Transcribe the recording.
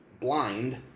blind